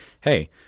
hey